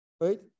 Right